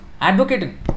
advocating